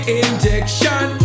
injection